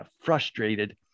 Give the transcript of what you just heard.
frustrated